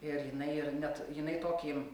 ir jinai ir net jinai tokį